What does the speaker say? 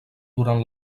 durant